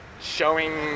Showing